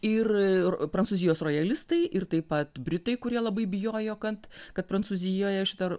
ir prancūzijos rojalistai ir taip pat britai kurie labai bijojo kad kad prancūzijoje šita